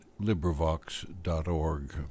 LibriVox.org